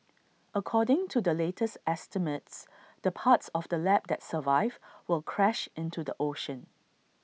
according to the latest estimates the parts of the lab that survive will crash into the ocean